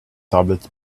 tablets